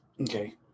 okay